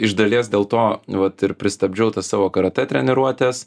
iš dalies dėl to vat ir pristabdžiau savo karatė treniruotes